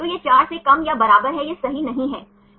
तो यह 4 से कम या बराबर है यह सही नहीं है